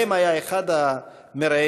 שבהם היה אחד המראיינים